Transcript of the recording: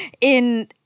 in-